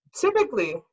Typically